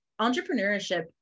Entrepreneurship